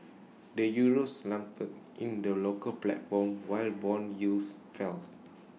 the Euroes slumped in the local platform while Bond yields fells